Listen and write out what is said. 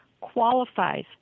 qualifies